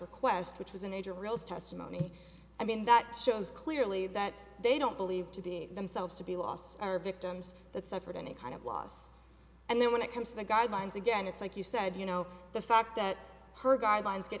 request which was an age of real testimony i mean that shows clearly that they don't believe to be themselves to be lost are victims that suffered any kind of loss and then when it comes to the guidelines again it's like you said you know the fact that her guidelines get